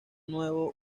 nuevo